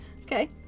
Okay